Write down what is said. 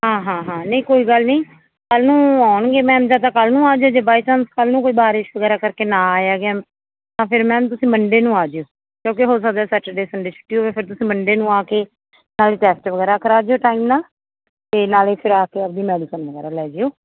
ਹਾਂ ਹਾਂ ਹਾਂ ਨਹੀਂ ਕੋਈ ਗੱਲ ਨਹੀਂ ਕੱਲ ਨੂੰ ਆਉਣਗੇ ਮੈਮ ਜਾਂ ਤਾਂ ਕੱਲ ਨੂੰ ਆਜਿਓ ਜੇ ਬਾਏ ਚਾਂਸ ਕੱਲ ਨੂੰ ਕੋਈ ਬਾਰਿਸ਼ ਵਗੈਰਾ ਕਰਕੇ ਨਾ ਆਇਆ ਗਿਆ ਤਾਂ ਫਿਰ ਮੈਮ ਤੁਸੀਂ ਮੰਡੇ ਨੂੰ ਆਜਿਓ ਕਿਉਂਕਿ ਹੋ ਸਕਦਾ ਸੈਚਡੇ ਸੰਡੇ ਛੁੱਟੀ ਹੋਵੇ ਫਿਰ ਤੁਸੀਂ ਮੰਡੇ ਨੂੰ ਆ ਕੇ ਨਾਲੇ ਟੈਸਟ ਵਗੈਰਾ ਕਰਾ ਜਿਓ ਟਾਇਮ ਨਾਲ ਅਤੇ ਨਾਲੇ ਫਿਰ ਆ ਕੇ ਆਪਦੀ ਮੈਡੀਸਨ ਵਗੈਰਾ ਲੈ ਜਿਓ